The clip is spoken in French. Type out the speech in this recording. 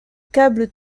câble